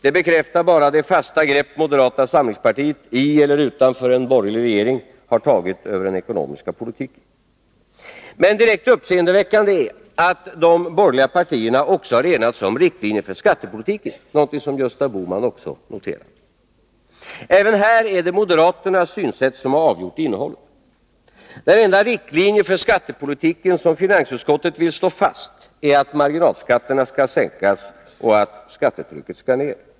Det bekräftar bara det fasta grepp moderata samlingspartiet — i eller utanför en borgerlig regering — tagit över den ekonomiska politiken. Men direkt uppseendeväckande är att de borgerliga partierna också enat sig om riktlinjer för skattepolitiken, vilket Gösta Bohman också noterade. Även här är det moderaternas synsätt som avgjort innehållet. Den enda riktlinje för skattepolitiken som finansutskottet vill slå fast är att marginalskatterna skall sänkas och att skattetrycket skall ner.